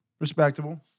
respectable